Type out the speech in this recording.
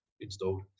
installed